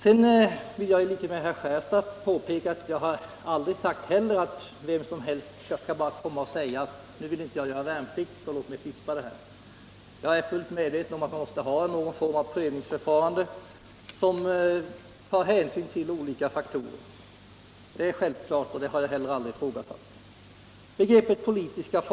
Sedan vill jag i likhet med herr Johansson i Skärstad påpeka att jag aldrig heller har hävdat att vem som helst skall kunna komma och säga: Nu vill jag inte göra värnplikten, så låt mig slippa det här. Jag är fullt medveten om att man måste ha någon form av prövningsförfarande som tar hänsyn till olika faktorer. Det är självklart, och det har jag heller aldrig ifrågasatt.